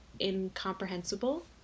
incomprehensible